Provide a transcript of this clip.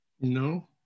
no